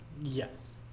Yes